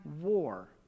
war